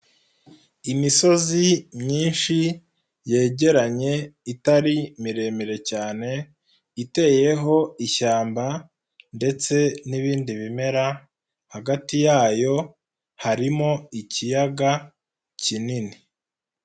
Imisozi myinshi yegeranye itari miremire cyane, iteyeho ishyamba ndetse n'ibindi bimera hagati yayo harimo ikiyaga kinini.